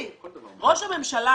ראש הממשלה